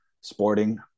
Sporting